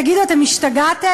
תגידו, אתם השתגעתם?